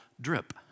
drip